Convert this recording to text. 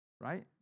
right